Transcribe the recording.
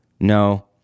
no